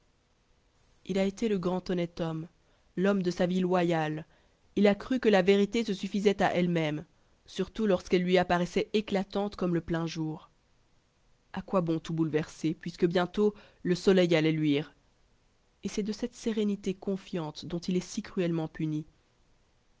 il a été le grand honnête homme l'homme de sa vie loyale il a cru que la vérité se suffisait à elle même surtout lorsqu'elle lui apparaissait éclatante comme le plein jour a quoi bon tout bouleverser puisque bientôt le soleil allait luire et c'est de cette sérénité confiante dont il est si cruellement puni